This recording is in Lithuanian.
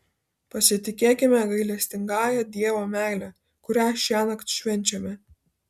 pasitikėkime gailestingąja dievo meile kurią šiąnakt švenčiame